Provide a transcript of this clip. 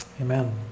Amen